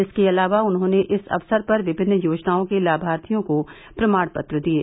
इसके अलावा उन्होंने इस अवसर पर विभिन्न योजनाओं के लाभार्थियों को प्रमाण पत्र दिये